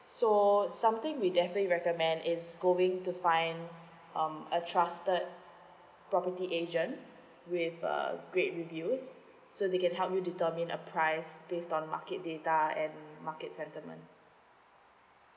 so something we definitely recommend is going to find um a trusted property agent with a great reviews so they can help you determine a price based on market data and market settlement